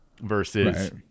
versus